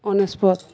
ଅନେଶତ